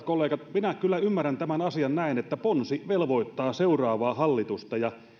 kollegat minä kyllä ymmärrän tämän asian niin että ponsi velvoittaa seuraavaa hallitusta ja